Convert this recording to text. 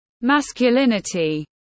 masculinity